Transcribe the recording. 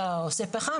אם אתה עושה פחם,